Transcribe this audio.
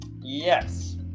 yes